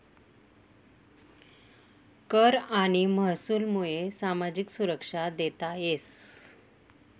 कर आणि महसूलमुये सामाजिक सुरक्षा देता येस